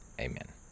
amen